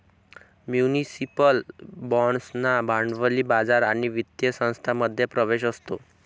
municipal बाँड्सना भांडवली बाजार आणि वित्तीय संस्थांमध्ये प्रवेश असतो